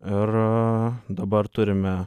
ir dabar turime